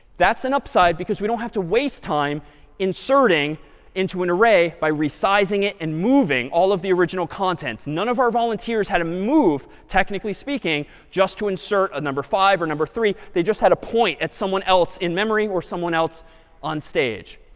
that's an upside, because we don't have to waste time inserting into an array by resizing it and moving all of the original contents. none of our volunteers had to move, technically speaking, just to insert a number five or number three. they just had to point at someone else in memory or someone else on stage.